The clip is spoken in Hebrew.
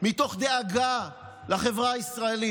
מתוך דאגה לחברה הישראלית,